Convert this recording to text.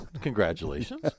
congratulations